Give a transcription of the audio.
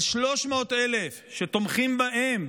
על 300,000 שתומכים בהם,